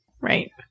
Right